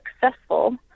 successful